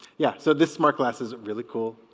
yeah so this smart glass isn't really cool